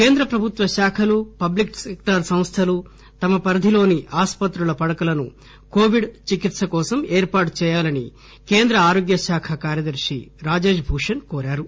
కేంద్ర ప్రభుత్వ శాఖలు పబ్లిక్ సెక్టార్ సంస్థలు తమ పరిధిలోని ఆసుపత్రుల పడకలను కోవిడ్ చికిత్ప కోసం ఏర్పాటు చేయాలని కేంద్ర ఆరోగ్యశాఖ కార్యదర్శి రాజేష్ భూషణ్ కోరారు